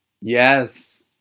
Yes